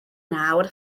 nawr